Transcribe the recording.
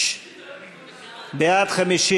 גמלאות ופיצויים,